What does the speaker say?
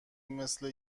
مثل